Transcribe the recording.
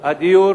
הדיור